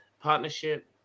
partnership